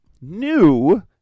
new